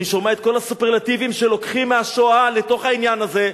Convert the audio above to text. אני שומע את כל הסופרלטיבים שלוקחים מהשואה בתוך העניין הזה,